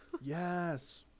Yes